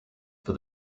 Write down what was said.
for